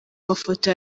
mafoto